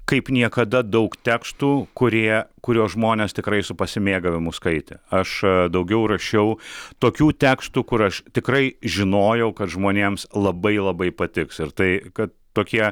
kaip niekada daug tekstų kurie kuriuos žmonės tikrai su pasimėgavimu skaitė aš daugiau rašiau tokių tekstų kur aš tikrai žinojau kad žmonėms labai labai patiks ir tai kad tokie